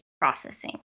processing